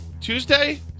Tuesday